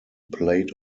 played